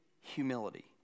humility